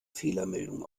fehlermeldung